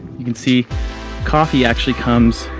you can see coffee actually comes